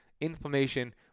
inflammation